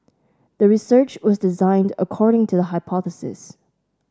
the research was designed according to the hypothesis